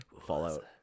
Fallout